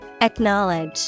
Acknowledge